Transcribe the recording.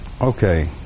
Okay